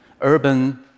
urban